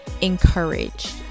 encouraged